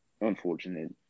Unfortunate